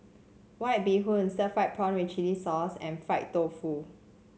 White Bee Hoon Stir Fried Prawn with Chili Sauce and Fried Tofu